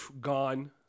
Gone